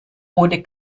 ohne